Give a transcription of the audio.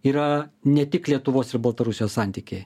yra ne tik lietuvos ir baltarusijos santykiai